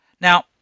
Now